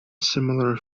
similar